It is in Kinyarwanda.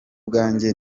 bwanjye